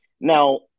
Now